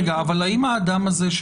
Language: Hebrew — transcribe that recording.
אבל האם האדם הזה,